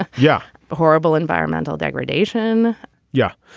ah yeah the horrible environmental degradation yeah.